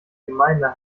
gemeinde